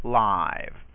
live